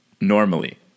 normally